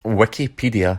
wikipedia